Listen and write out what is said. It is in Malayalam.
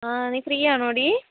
ആ നീ ഫ്രീ ആണോടീ